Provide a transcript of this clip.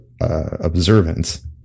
observance